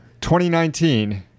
2019